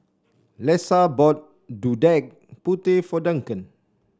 Lesa bought Gudeg Putih for Duncan